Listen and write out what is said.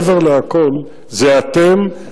זה אתם,